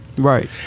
Right